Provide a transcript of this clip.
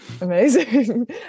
Amazing